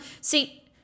See